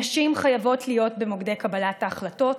נשים חייבות להיות במוקדי קבלת ההחלטות